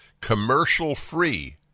commercial-free